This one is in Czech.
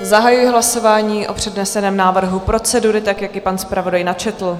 Zahajuji hlasování o předneseném návrhu procedury, tak jak ji pan zpravodaj načetl.